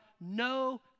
no